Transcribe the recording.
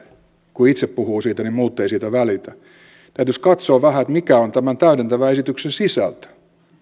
kun itse puhuu siitä niin muut eivät siitä välitä täytyisi katsoa vähän mikä on tämän täydentävän esityksen sisältö